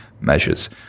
measures